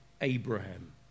Abraham